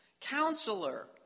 Counselor